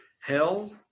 hell